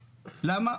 למה?